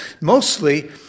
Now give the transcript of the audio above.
Mostly